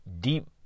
deep